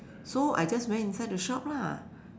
so I just went inside the shop lah